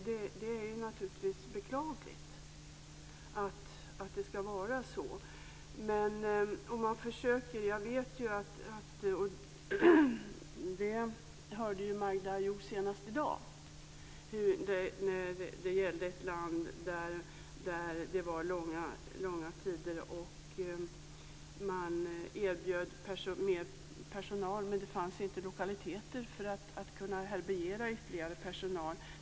Det är naturligtvis beklagligt att det är så. Senast i dag har vi ju hört om ett land där det var långa väntetider och man erbjöd mer personal. Men det fanns inte lokaler för att härbärgera ytterligare personal.